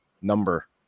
number